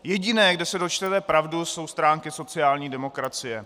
Jediné, kde se dočteme pravdu, jsou stránky sociální demokracie.